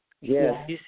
Yes